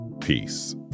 Peace